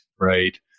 right